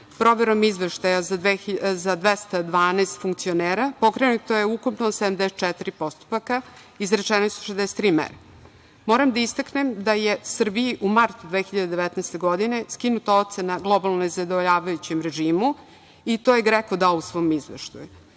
proverom izveštaja za 212 funkcionera, pokrenuto je ukupno 74 postupaka, izrečene su 63 mere. Moram da istaknem da je Srbiji u martu 2019. godine skinuta ocena – globalno nezadovoljajućem režimu, i to je GREKO dao u svom izveštaju. Nešto